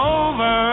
over